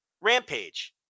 Rampage